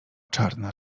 czarna